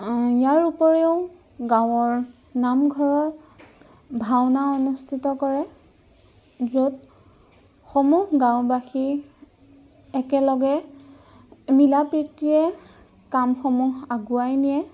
ইয়াৰ উপৰিও গাঁৱৰ নামঘৰত ভাওনা অনুষ্ঠিত কৰে য'ত সমূহ গাঁওবাসী একেলগে মিলা প্ৰীতিৰে কামসমূহ আগুৱাই নিয়ে